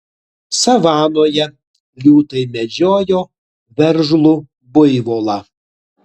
savanoje liūtai medžiojo veržlų buivolą